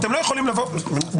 אתם לא יכולים לבוא --- במחילה,